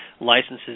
licenses